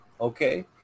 okay